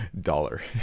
dollar